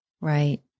Right